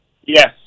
Yes